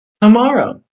Tomorrow